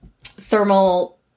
thermal